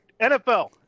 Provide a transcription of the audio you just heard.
NFL